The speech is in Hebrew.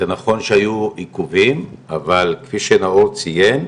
זה נכון שהיו עיכובים, אבל כפי שנאור ציין,